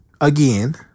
again